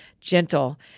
gentle